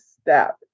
step